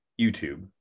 YouTube